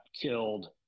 killed